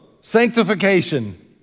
sanctification